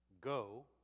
Go